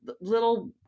little